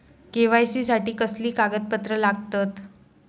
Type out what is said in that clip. KYC साठी कसली कागदपत्र लागतत?